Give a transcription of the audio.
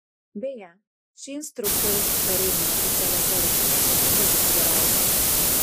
beje šį instruktorių kariai neoficialiuose rinkimuose pripažino geriausiu